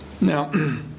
Now